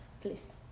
Please